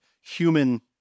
human